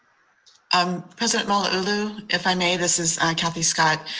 um president malauulu, if i may, this is kathy scott.